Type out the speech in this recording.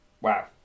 Wow